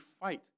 fight